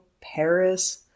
Paris